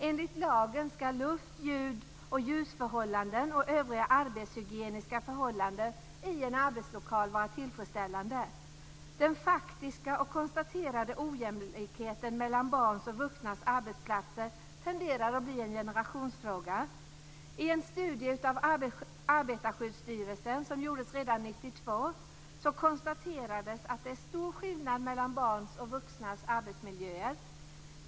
Enligt lagen ska luft-, ljud och ljusförhållanden och övriga arbetshygieniska förhållanden i en arbetslokal vara tillfredsställande. Den faktiska och konstaterade ojämlikheten mellan barns och vuxnas arbetsplatser tenderar att bli en generationsfråga. I en studie av Arbetarskyddsstyrelsen som gjordes redan 1992 konstaterades att det är stor skillnad mellan barns och vuxnas arbetsmiljöer.